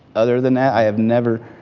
other than that, i have never,